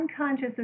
unconscious